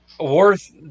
worth